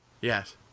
Yes